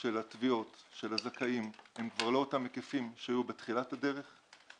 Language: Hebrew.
של התביעות של הזכאים הם כבר לא אותם היקפים שהיו בתחילת הדרך.